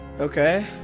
Okay